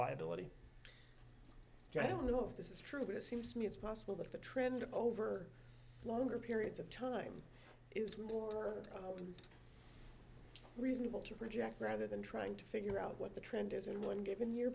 liability i don't know if this is true but it seems to me it's possible that the trend over longer periods of time is more reasonable to project rather than trying to figure out what the trend is in really a given year